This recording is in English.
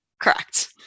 Correct